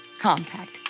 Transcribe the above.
compact